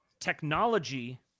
technology